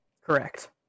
correct